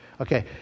Okay